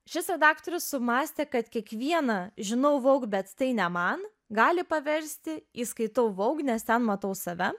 šis redaktorius sumąstė kad kiekvieną žinau vogue bet tai ne man gali paversti į skaitau vogue nes ten matau save